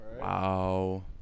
Wow